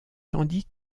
tandis